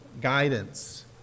guidance